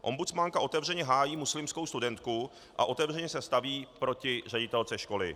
Ombudsmanka otevřeně hájí muslimskou studentku a otevřeně se staví proti ředitelce školy.